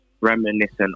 reminiscent